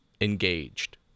engaged